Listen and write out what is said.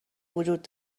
وجود